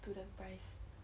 student price